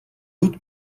нүд